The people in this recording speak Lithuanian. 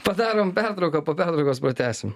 padarom pertrauką po pertraukos pratęsim